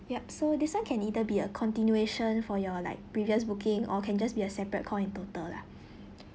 yup so this one can either be a continuation for your like previous booking or can just be a separate call in total lah